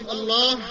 Allah